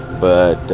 but